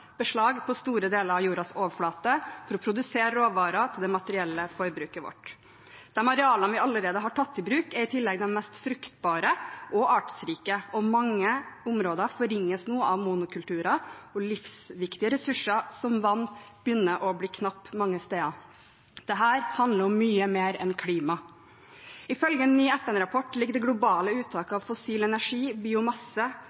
beslag på store deler av jordas overflate for å produsere råvarer til det materielle forbruket vårt. De arealene vi allerede har tatt i bruk, er i tillegg de mest fruktbare og artsrike, mange områder forringes nå av monokulturer, og livsviktige ressurser som vann begynner det å bli knapt på mange steder. Dette handler om mye mer enn klima. Ifølge en ny FN-rapport ligger det globale